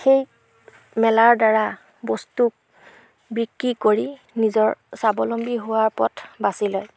সেই মেলাৰদ্বাৰা বস্তু বিক্ৰী কৰি নিজৰ স্বাৱলম্বী হোৱাৰ পথ বাছি লয়